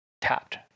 tapped